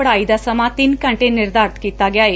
ਪੜੁਾਈ ਦਾ ਸਮਾ ਤਿੰਨ ਘੰਟੇ ਨਿਰਧਾਰਤ ਕੀਤਾ ਗਿਆ ਏ